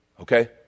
okay